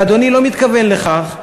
ואדוני לא מתכוון לכך,